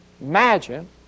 Imagine